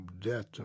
death